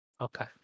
Okay